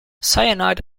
cyanide